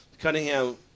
Cunningham